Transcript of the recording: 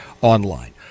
online